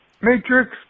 Matrix